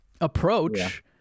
approach